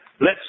lets